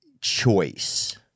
choice